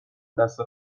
دست